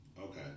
okay